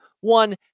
One